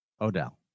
Odell